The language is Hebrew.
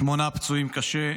שמונה פצועים קשה,